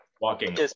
Walking